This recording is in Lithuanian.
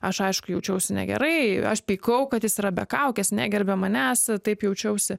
aš aišku jaučiausi negerai aš pykau kad jis yra be kaukės negerbia manęs taip jaučiausi